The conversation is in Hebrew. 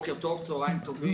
צהריים טובים.